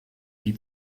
die